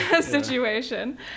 situation